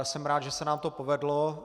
Jsem rád, že se nám to povedlo.